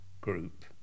group